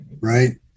right